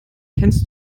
kennst